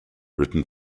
written